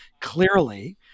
Clearly